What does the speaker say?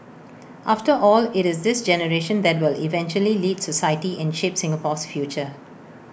after all IT is this generation that will eventually lead society and shape Singapore's future